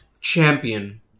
Champion